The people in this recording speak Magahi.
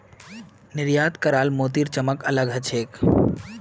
निर्यात कराल मोतीर चमक अलग ह छेक